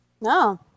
No